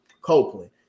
Copeland